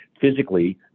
physically